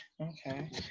Okay